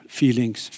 feelings